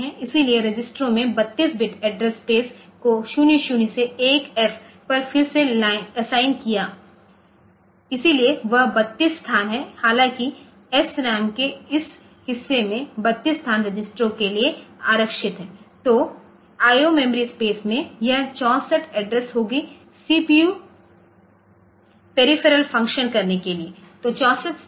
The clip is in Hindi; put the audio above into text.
इसलिए रजिस्टरों ने 32 बिट एड्रेस स्पेस को 00 से 1 F पर फिर से असाइन किया इसलिए वह 32 स्थान हैं हालांकि एसआरएएम के इस हिस्से में 32 स्थान रजिस्टरों के लिए आरक्षित हैं तो आईओ मेमोरी स्पेस में यह 64 एड्रेस होंगे सीपीयू पेरीफेरल फंक्शन्स करने के लिए